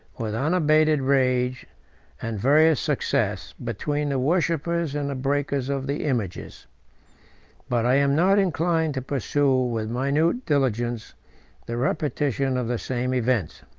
with unabated rage and various success, between the worshippers and the breakers of the images but i am not inclined to pursue with minute diligence the repetition of the same events.